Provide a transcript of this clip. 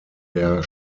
der